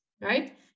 right